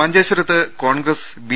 മഞ്ചേശ്വരത്ത് കോൺഗ്രസ് ബി